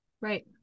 Right